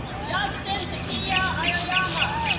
justin takeya aoyama